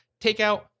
takeout